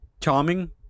Charming